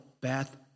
Beth